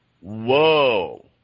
whoa